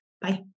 Bye